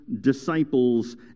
disciples